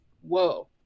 whoa